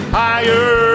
higher